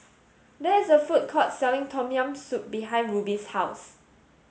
there is a food court selling Tom Yam Soup behind Ruby's house